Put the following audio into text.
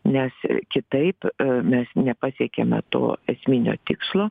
nes kitaip mes nepasiekiame to esminio tikslo